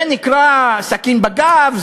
זה נקרא סכין בגב,